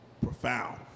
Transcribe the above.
profound